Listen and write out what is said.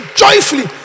joyfully